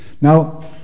Now